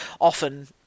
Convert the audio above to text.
often